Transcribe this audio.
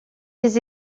des